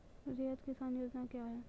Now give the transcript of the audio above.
रैयत किसान योजना क्या हैं?